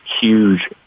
huge